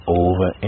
over